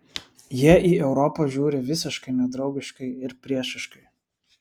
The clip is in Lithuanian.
jie į europą žiūri visiškai nedraugiškai ir priešiškai